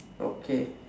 okay